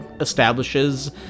establishes